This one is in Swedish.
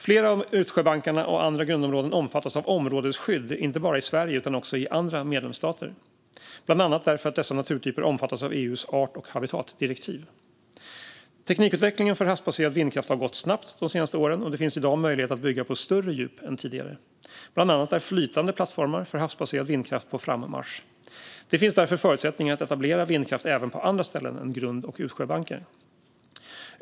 Flera av utsjöbankarna och andra grundområden omfattas av områdesskydd, inte bara i Sverige utan också i andra medlemsstater, bland annat därför att dessa naturtyper omfattas av EU:s art och habitatdirektiv. Teknikutvecklingen för havsbaserad vindkraft har gått snabbt de senaste åren, och det finns i dag möjlighet att bygga på större djup än tidigare. Bland annat är flytande plattformar för havsbaserad vindkraft på frammarsch. Det finns därför förutsättningar att etablera vindkraft även på andra ställen än grund och utsjöbankar.